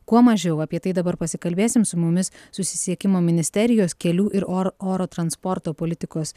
kuo mažiau apie tai dabar pasikalbėsim su mumis susisiekimo ministerijos kelių ir or oro transporto politikos